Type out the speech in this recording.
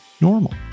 normal